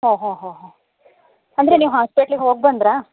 ಹೊ ಹೊ ಹೊ ಹೊ ಅಂದರೆ ನೀವು ಹಾಸ್ಪೆಟ್ಲಿಗೆ ಹೋಗಿ ಬಂದ್ರಾ